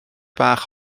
bach